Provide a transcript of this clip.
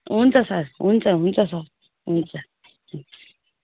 हुन्छ सर हुन्छ हुन्छ सर हुन्छ